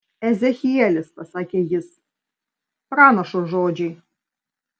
ezechielis pasakė jis pranašo žodžiai